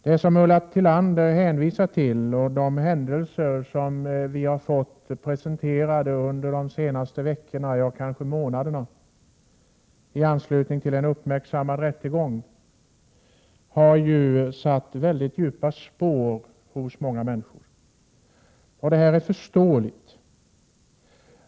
Det som Ulla Tillander hänvisar till och de händelser som vi har fått presenterade under de senaste veckorna eller månaderna i anslutning till en uppmärksammad rättegång har satt mycket djupa spår hos många människor, och det är förståeligt.